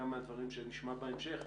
גם מהדברים שנשמע בהמשך,